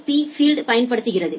B field பயன்படுத்துகிறது